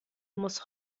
muss